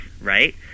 right